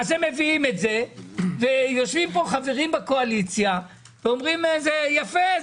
אז הם מביאים את זה ויושבים פה חברים בקואליציה ואומרים זה יפה,